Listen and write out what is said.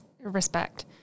respect